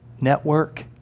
network